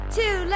two